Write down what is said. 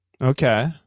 Okay